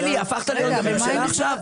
עלי, הפכת להיות הבמאי עכשיו?